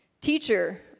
Teacher